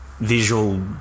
visual